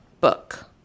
book